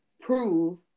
prove